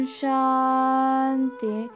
shanti